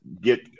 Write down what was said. get